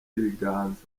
ibiganza